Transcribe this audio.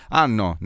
hanno